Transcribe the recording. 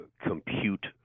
compute